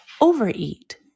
overeat